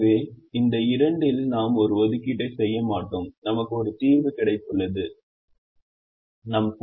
எனவே இந்த 2 இல் நாம் ஒரு ஒதுக்கீட்டை செய்ய மாட்டோம் நமக்கு ஒரு தீர்வு கிடைத்துள்ளது இல்லை